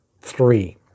three